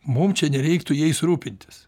mum čia nereiktų jais rūpintis